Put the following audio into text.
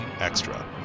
extra